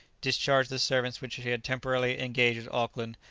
discharged the servants which she had temporarily engaged at auckland,